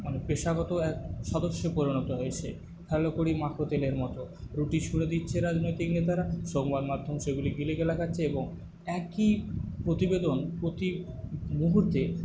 মানে পেশাগত এক সদস্যে পরিণত হয়েছে ফেলো কড়ি মাখো তেলের মতো দিচ্ছে রাজনৈতিক নেতারা সংবাদমাধ্যম সেগুলি এবং একই প্রতিবেদন প্রতি মুহুর্তে